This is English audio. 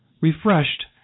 refreshed